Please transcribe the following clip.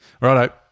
Righto